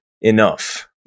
enough